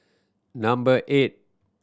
number eight